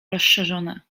rozszerzone